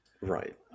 right